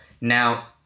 Now